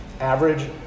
Average